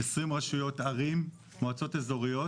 20 רשויות, ערים, מועצות אזוריות,